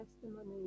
testimony